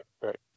Right